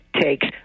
takes